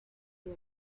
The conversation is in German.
dir